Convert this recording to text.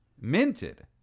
minted